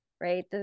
right